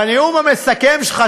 בנאום המסכם שלך,